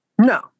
No